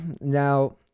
Now